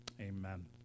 Amen